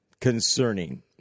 concerning